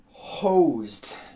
Hosed